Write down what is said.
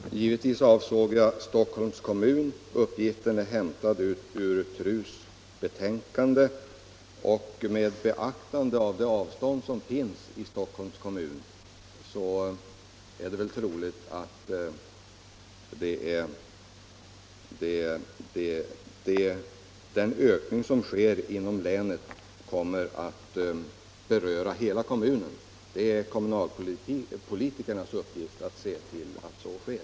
Herr talman! Givetvis avsåg jag Stockholms kommun. Uppgiften är hämtad ur TRU:s betänkande. Med tanke på Stockholms kommuns geografiska utsträckning är det väl troligt att den ökning som sker inom länet kommer att beröra hela kommunen. Det är kommunalpolitikernas uppgift att se till att så sker.